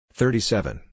thirty-seven